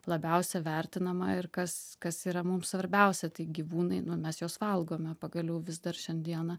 labiausia vertinama ir kas kas yra mums svarbiausia tai gyvūnai nu mes juos valgome pagaliau vis dar šiandieną